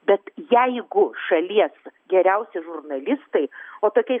bet jeigu šalies geriausi žurnalistai o tokiais